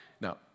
Now